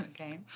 Okay